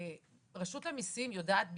רשות המיסים יודעת בדיוק,